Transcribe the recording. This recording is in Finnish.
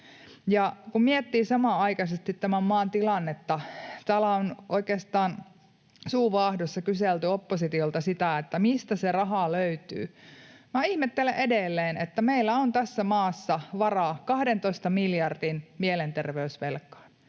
Kun miettii samanaikaisesti tämän maan tilannetta — täällä on oikeastaan suu vaahdossa kyselty oppositiolta sitä, mistä se raha löytyy — ihmettelen edelleen, että meillä on tässä maassa varaa 12 miljardin mielenterveysvelkaan.